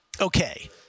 Okay